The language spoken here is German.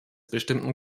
bestimmten